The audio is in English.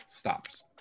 stops